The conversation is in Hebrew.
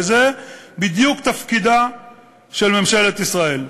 וזה בדיוק תפקידה של ממשלת ישראל.